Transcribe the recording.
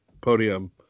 podium